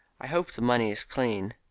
i hope the money is clean.